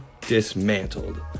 dismantled